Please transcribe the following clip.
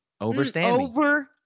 Overstanding